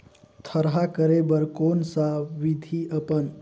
थरहा करे बर कौन सा विधि अपन?